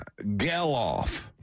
Geloff